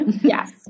Yes